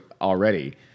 already